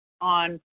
on